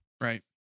Right